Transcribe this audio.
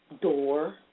door